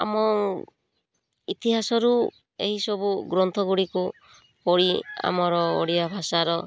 ଆମ ଇତିହାସରୁ ଏହିସବୁ ଗ୍ରନ୍ଥ ଗୁଡ଼ିକୁ ପଢ଼ି ଆମର ଓଡ଼ିଆ ଭାଷାର